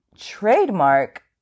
trademark